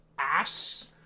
Ass